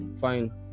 fine